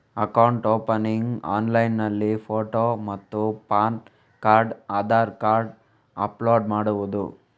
Account opening ಆನ್ಲೈನ್ನಲ್ಲಿ photo ಮತ್ತು pan card Aadhaar card upload ಮಾಡುವುದು?